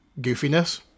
goofiness